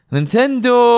Nintendo